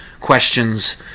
questions